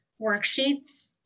worksheets